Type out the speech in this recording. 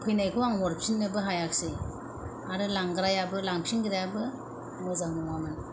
फैनायखौ आं हरफिननोबो हायाखिसै आरो लांग्रायाबो लांफिनग्रायाबो मोजां नङामोन